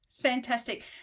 Fantastic